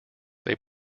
they